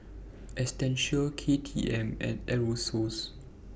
Essential K T M and Aerosoles